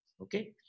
Okay